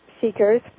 seekers